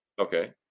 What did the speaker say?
Okay